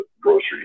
groceries